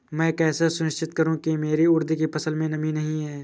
मैं कैसे सुनिश्चित करूँ की मेरी उड़द की फसल में नमी नहीं है?